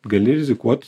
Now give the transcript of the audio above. gali rizikuot